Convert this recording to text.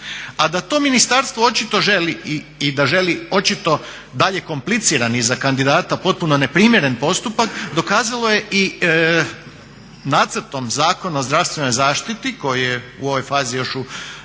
A da to Ministarstvo očito želi i da želi očito dalje kompliciran i za kandidata potpuno neprimjeren postupak, dokazalo je i nacrtom zakona o zdravstvenoj zaštiti koji je u ovoj fazi još u